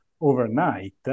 overnight